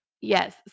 Yes